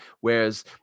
whereas